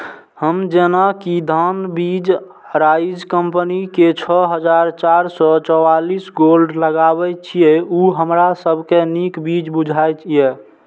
हम जेना कि धान के बीज अराइज कम्पनी के छः हजार चार सौ चव्वालीस गोल्ड लगाबे छीय उ हमरा सब के नीक बीज बुझाय इय?